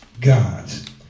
gods